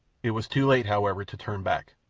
it was too late, however, to turn back,